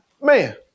Man